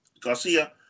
Garcia